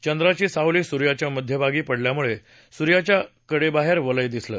चंद्राची सावली सूर्याच्या मध्यभागी पडल्यामुळे सूर्याच्या कडेबाहेर वलय दिसलं